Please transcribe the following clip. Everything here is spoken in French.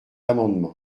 amendement